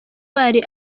bari